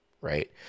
right